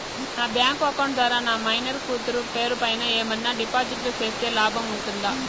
నా bank account ద్వారా నా మైనర్ కూతురు పేరు పైన ఏమన్నా డిపాజిట్లు సేస్తే లాభం ఉంటుందా?